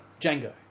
Django